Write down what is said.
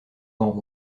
gants